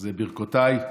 אז ברכותיי.